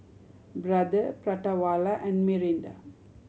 Brother Prata Wala and Mirinda